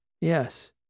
Yes